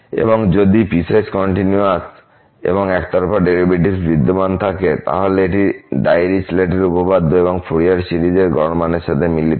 এবং যদি piecewise continuous এবং একতরফা ডেরিভেটিভস বিদ্যমান থাকে এটি হল ডাইরিচলেট উপপাদ্য এবং ফুরিয়ার সিরিজ এই গড় মানের সাথে মিলিত হয়